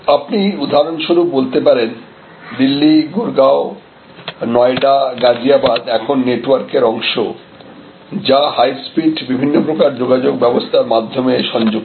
আপনি উদাহরণস্বরূপ বলতে পারেন দিল্লি গুরগাঁও নয়ডা গাজিয়াবাদ এখন নেটওয়ার্কের অংশ যা হাইস্পিড বিভিন্ন প্রকার যোগাযোগ ব্যবস্থার মাধ্যমে সংযুক্ত